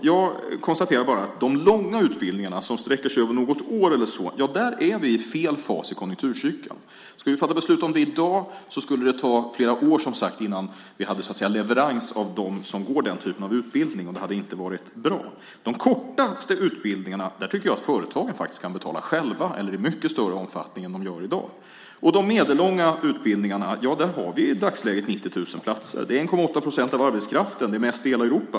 Jag konstaterar bara att när det gäller de långa utbildningarna, som sträcker sig över något år eller så, är vi i fel fas i konjunkturcykeln. Om vi skulle fatta beslut om detta i dag skulle det ta flera år innan vi fick leverans av dem som går den typen av utbildning. Det skulle inte vara bra. De kortaste utbildningarna tycker jag att företagen kan betala själva - åtminstone i mycket större omfattning än de gör i dag. Vid de medellånga utbildningarna har vi i dagsläget 90 000 platser. Det är 1,8 procent av arbetskraften - mest i hela Europa.